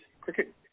cricket